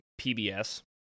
PBS